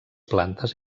plantes